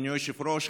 אדוני היושב-ראש,